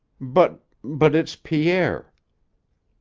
but but it's pierre.